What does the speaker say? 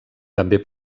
també